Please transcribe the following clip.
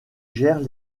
gèrent